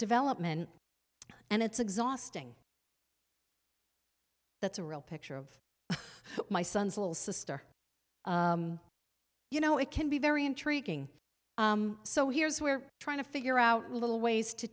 development and it's exhausting that's a real picture of my son's little sister you know it can be very intriguing so here's where trying to figure out little ways to